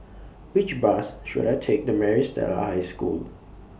Which Bus should I Take to Maris Stella High School